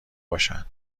باشن